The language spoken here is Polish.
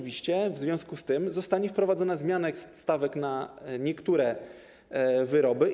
W związku z tym zostanie wprowadzona zmiana stawek na niektóre wyroby.